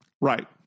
Right